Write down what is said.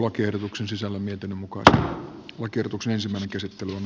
ne rakenteelliset muutokset pitää pystyä tekemään